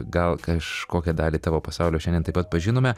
gal kažkokią dalį tavo pasaulio šiandien taip pat pažinome